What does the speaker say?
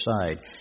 side